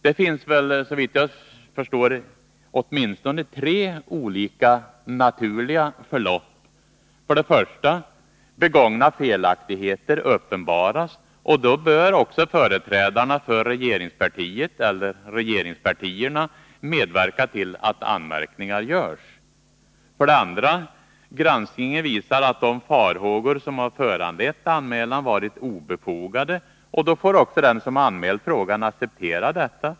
Det finns väl, såvitt jag förstår, åtminstone tre olika naturliga förlopp: 1. Begångna felaktigheter uppenbaras. Då bör också företrädarna för regeringspartiet eller regeringspartierna medverka till att anmärkningar görs. 2. Granskningen visar att de farhågor som har föranlett anmälan varit obefogade. Då får också den som anmält frågan acceptera detta.